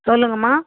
சொல்லுங்கம்மா